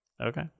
Okay